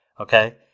okay